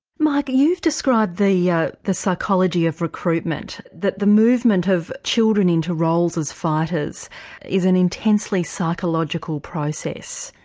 mike, you've described the yeah the psychology of recruitment that the movement of children into roles as fighters is an intensely psychological process.